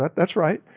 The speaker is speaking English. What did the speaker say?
that's right.